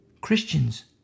Christians